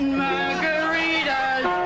margaritas